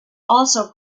also